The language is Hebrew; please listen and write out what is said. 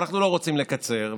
ואנחנו לא רוצים לקצר.